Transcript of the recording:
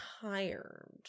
Tired